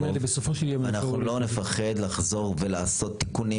אנחנו לא נפחד לחזור ולעשות תיקונים